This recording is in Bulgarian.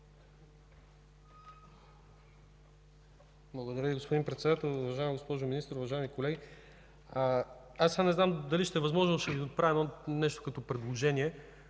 Благодаря Ви, господин Председател. Уважаема госпожо Министър, уважаеми колеги, аз не знам дали ще е възможно, но ще Ви отправя нещо като предложение